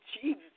Jesus